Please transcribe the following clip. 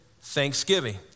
thanksgiving